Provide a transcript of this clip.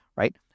right